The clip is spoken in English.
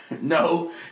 No